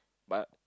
but